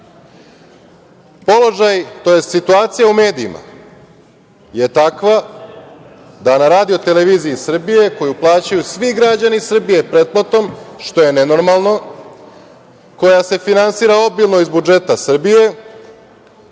tj. situacija u medijima, je takva da na RTS-u koju plaćaju svi građani Srbije pretplatom, što je nenormalno, koja se finansira obilno iz budžeta Srbije,